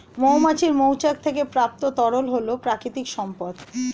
মৌমাছির মৌচাক থেকে প্রাপ্ত তরল হল প্রাকৃতিক সম্পদ